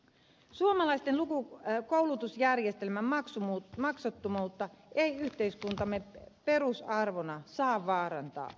suomalaisten koulutusjärjestelmän maksuttomuutta ei yhteiskuntamme perusarvona saa vaarantaa